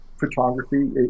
photography